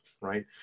right